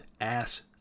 ass